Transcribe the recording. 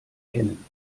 kennen